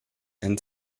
and